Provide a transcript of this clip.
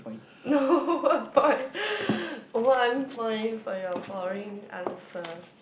no one point one point for your pooring answer